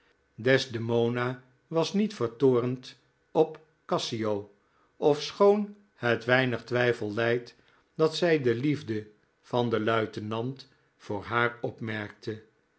desdemona was niet vertoornd op cassio ofschoon het weinig twijfel lijdt dat zij de liefde van den luitenant voor haar opmerkte